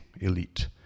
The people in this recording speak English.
elite